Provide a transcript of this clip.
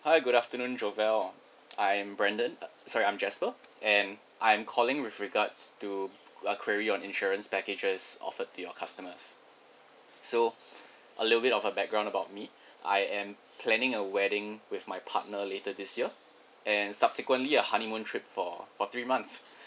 hi good afternoon javal I'm brandon uh sorry I'm jasper and I'm calling with regards to uh query on insurance packages offered to your customers so a little bit of a background about me I'm planning a wedding with my partner later this year and subsequently a honeymoon trip for for three months